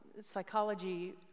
psychology